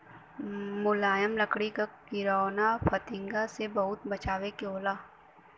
मुलायम लकड़ी क किरौना फतिंगा से बहुत बचावे के होला